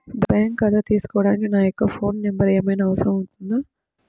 Bank ఖాతా తీసుకోవడానికి నా యొక్క ఫోన్ నెంబర్ ఏమైనా అవసరం అవుతుందా?